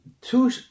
two